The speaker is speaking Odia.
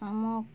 ଆମ